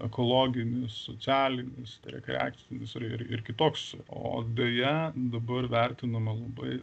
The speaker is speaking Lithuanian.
ekologinis socialinis rekreacinis ir ir kitoks o deja dabar vertinama labai